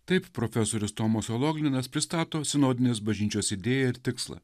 taip profesorius tomas ologninas pristato sinodinės bažnyčios idėją ir tikslą